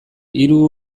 hiru